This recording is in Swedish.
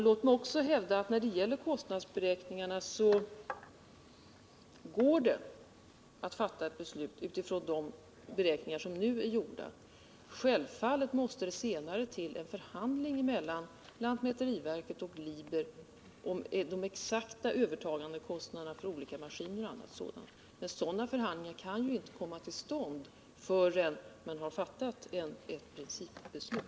Låt mig också när det gäller kostnadsberäkningarna hävda, att det går att fatta ett beslut utifrån de beräkningar som nu är gjorda. Självfallet måste det senare äga rum en förhandling mellan lantmäteriverket och Liber om de exakta övertagandekostnaderna för maskiner och liknande, men sådana förhandlingar kan ju inte komma till stånd förrän man har fattat ett principbeslut.